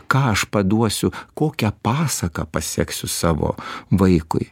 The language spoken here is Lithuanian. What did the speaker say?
ką aš paduosiu kokią pasaką paseksiu savo vaikui